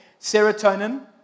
Serotonin